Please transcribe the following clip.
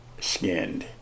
skinned